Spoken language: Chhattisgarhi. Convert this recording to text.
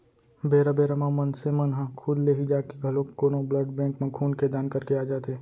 बेरा बेरा म मनसे मन ह खुद ले ही जाके घलोक कोनो ब्लड बेंक म खून के दान करके आ जाथे